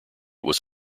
was